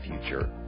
future